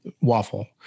waffle